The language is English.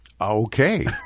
Okay